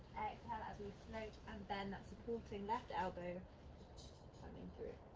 exhale as we float and bend that supporting left elbow coming through.